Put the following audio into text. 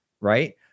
right